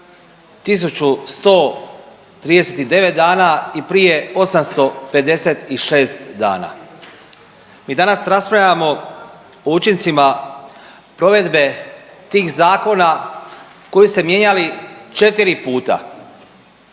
1139 dana i prije 856 dana. Mi danas raspravljamo o učincima provedbe tih zakona koji su se mijenjali četiri puta,